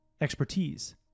expertise